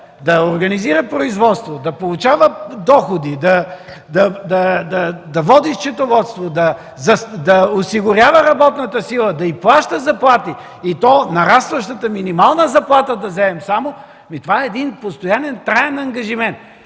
да организира производство, да получава доходи, да води счетоводство, да осигурява работната сила, да й плаща заплати и то при нарастващата минимална работна заплата да вземем само, това е един постоянен, траен ангажимент.